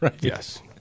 Yes